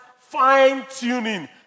fine-tuning